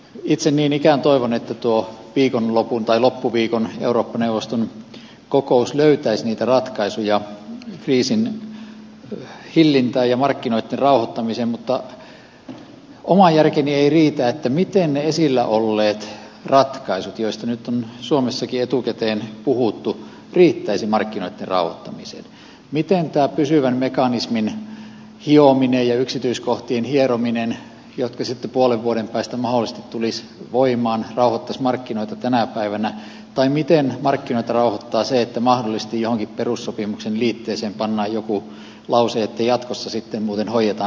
itse niin ikään toivon että tuo loppuviikon eurooppa neuvoston kokous löytäisi niitä ratkaisuja kriisin hillintään ja markkinoitten rauhoittamiseen mutta oma järkeni ei riitä ymmärtämään miten ne esillä olleet ratkaisut joista nyt on suomessakin etukäteen puhuttu riittäisivät markkinoitten rauhoittamiseen miten tämä pysyvän mekanismin hiominen ja yksityiskohtien hierominen jotka sitten puolen vuoden päästä mahdollisesti tulisivat voimaan rauhoittaisi markkinoita tänä päivänä tai miten markkinoita rauhoittaa se että mahdollisesti johonkin perussopimuksen liitteeseen pannaan joku lause että jatkossa sitten muuten hoidamme velkamme